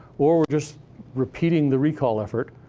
or we're just repeating the recall effort,